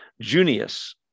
Junius